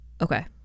Okay